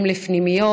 הם לפנימיות.